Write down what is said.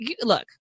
look